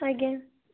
ଆଜ୍ଞା